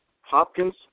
Hopkins